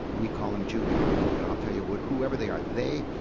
we call him junior but i'll tell you what, whoever they are, they,